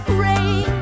rain